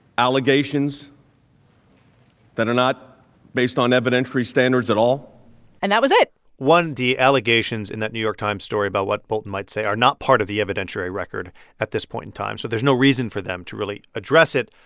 allegations that are not based on evidentiary standards at all and that was it one the allegations in that new york times story about what bolton might say are not part of the evidentiary record at this point in time, so there's no reason for them to really address it.